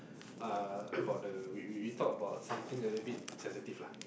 uh about the we we talk about something a little bit sensitive lah